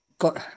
Got